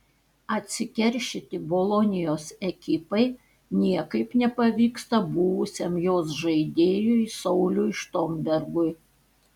atsikeršyti bolonijos ekipai niekaip nepavyksta buvusiam jos žaidėjui sauliui štombergui